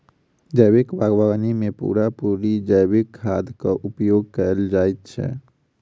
जैविक बागवानी मे पूरा पूरी जैविक खादक उपयोग कएल जाइत छै